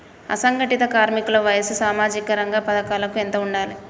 అసంఘటిత కార్మికుల వయసు సామాజిక రంగ పథకాలకు ఎంత ఉండాలే?